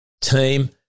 team